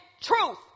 truth